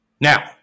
Now